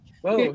whoa